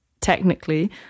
technically